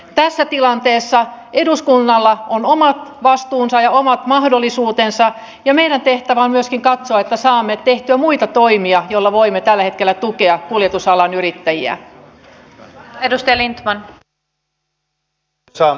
tässä tilanteessa eduskunnalla on omat vastuunsa ja omat mahdollisuutensa ja meidän tehtävämme on myöskin katsoa että saamme tehtyä muita toimia joilla voimme tällä hetkellä tukea kuljetusalan yrittäjiä